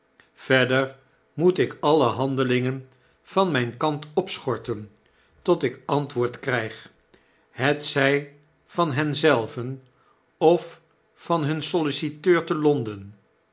verder moet ik alle handelingen van myn kant opschorten tot ik antwoord kryg hetzij van hen zelven of van hun solliciteur te lo